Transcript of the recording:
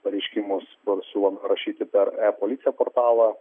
pareiškimus mes siūlom rašyti per e policiją portalą